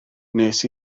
wnes